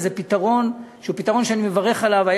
וזה פתרון שאני מברך עליו.